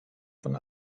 von